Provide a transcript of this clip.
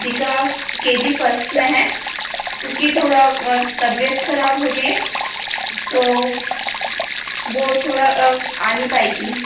Riddhika K G first में है उसकी थोड़ी तबीयत ख़राब हो रही है तो वो थोड़ा आ नहीं पाएगी